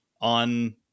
on